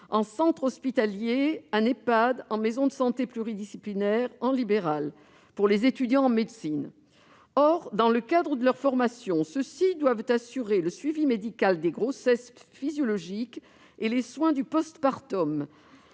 en centres hospitaliers, en Ehpad, en maison de santé pluridisciplinaire, en libéral » pour les étudiants en médecine. Or, dans le cadre de leur formation, ceux-ci doivent assurer le suivi médical des grossesses physiologiques et les soins du post-partum.